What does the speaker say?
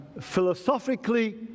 philosophically